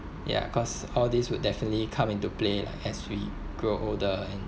ya cause all these would definitely come into play as we grow older and